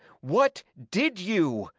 what did you?